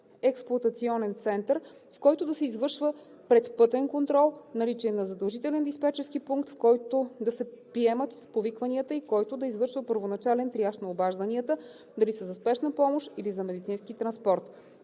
експлоатационен център, в който да се извършва предпътен контрол; наличие на задължителен диспечерски пункт, в който да се приемат повикванията и който да извършва първоначален триаж на обажданията – дали са за спешна помощ или за медицински транспорт.